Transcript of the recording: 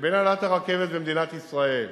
לבין הנהלת הרכבת ומדינת ישראל,